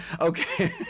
Okay